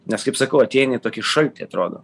nes kaip sakau ateini į tokį šaltį atrodo